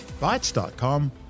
Bytes.com